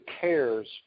cares